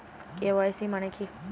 KYC মানে কী?